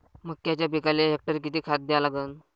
मक्याच्या पिकाले हेक्टरी किती खात द्या लागन?